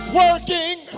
working